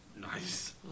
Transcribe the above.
Nice